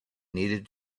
needed